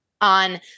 on